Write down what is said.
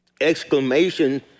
Exclamation